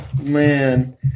Man